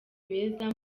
beza